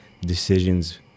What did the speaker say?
decisions